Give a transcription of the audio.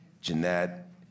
Jeanette